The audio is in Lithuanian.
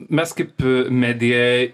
mes kaip medija